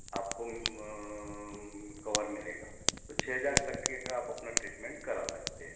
आपको कवर मिलेगा तो छः हजार तक के का आप अपना ट्रीटमेंट करा सकते हैं